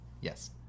yes